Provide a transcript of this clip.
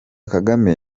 kagame